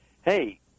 hey